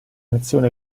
nazione